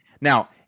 now